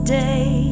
day